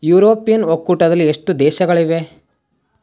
European ಒಕ್ಕೂಟದಲ್ಲಿ ಎಷ್ಟು ದೇಶಗಳಿವೆ